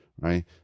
right